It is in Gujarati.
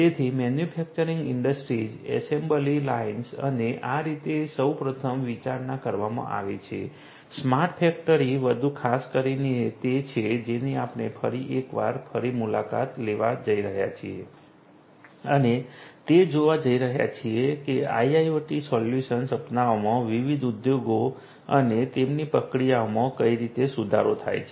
તેથી મેન્યુફેક્ચરિંગ ઈન્ડસ્ટ્રીઝ એસેમ્બલી લાઈન્સ અને આ રીતે સૌ પ્રથમ વિચારણા કરવામાં આવે છે સ્માર્ટ ફેક્ટરી વધુ ખાસ કરીને તે છે જેની આપણે ફરી એક વાર ફરી મુલાકાત લેવા જઈ રહ્યા છીએ અને તે જોવા જઈ રહ્યા છીએ કે આઈઆઈઓટી સોલ્યુશન્સ અપનાવવામાં વિવિધ ઉદ્યોગો અને તેમની પ્રક્રિયાઓમાં કઈ રીતે સુધારો થયો છે